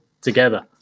together